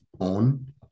on